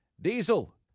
Diesel